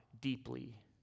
deeply